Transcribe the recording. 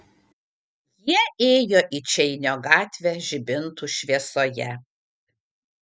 jie ėjo į čeinio gatvę žibintų šviesoje